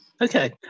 Okay